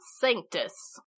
Sanctus